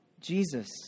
Jesus